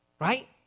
right